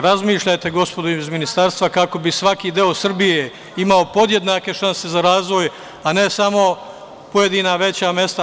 Razmišljajte, gospodo iz Ministarstva, kako bi svaki deo Srbije imao podjednake šanse za razvoj, a ne samo pojedina veća mesta.